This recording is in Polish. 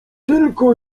tylko